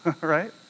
right